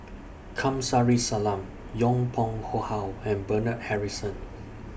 Kamsari Salam Yong Pung How and Bernard Harrison